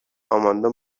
آماندا